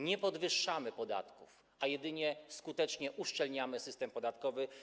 Nie podwyższamy podatków, a jedynie skutecznie uszczelniamy system podatkowy.